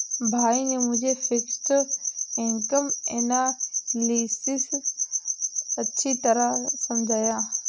भाई ने मुझे फिक्स्ड इनकम एनालिसिस अच्छी तरह समझाया